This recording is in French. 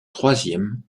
troisième